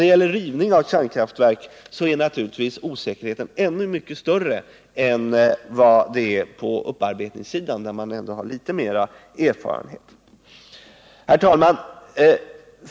Beträffande rivning av kärnkraftverk vill jag säga att osäkerheten givetvis är mycket större än i fråga om upparbetningssidan, där man ändå har litet mera erfarenhet.